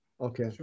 Okay